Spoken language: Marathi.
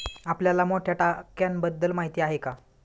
आपल्याला मोठ्या टाक्यांबद्दल माहिती आहे का?